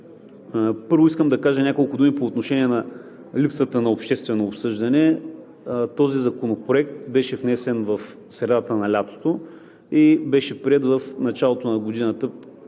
Първо, искам да кажа няколко думи по отношение на липсата на обществено обсъждане. Този законопроект беше внесен в средата на лятото и беше приет в началото на годината